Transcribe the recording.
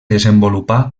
desenvolupà